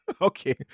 Okay